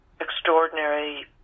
extraordinary